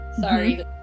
Sorry